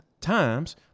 times